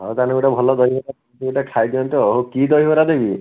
ହଁ ତାହେଲେ ଗୋଟେ ଭଲ ଦହିବରା ଦୁଇ'ଟା ଖାଇ ଦିଅନ୍ତୁ କି ଦହିବରା ଦେବି